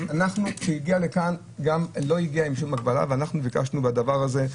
כשהגיע לכאן לא הגיע עם שום הגבלה ואנחנו ביקשנו בדבר הזה,